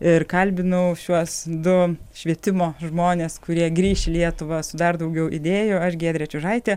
ir kalbinau šiuos du švietimo žmones kurie grįš į lietuvą su dar daugiau idėjų aš giedrė čiužaitė